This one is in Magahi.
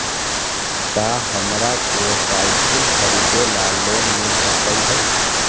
का हमरा के साईकिल खरीदे ला लोन मिल सकलई ह?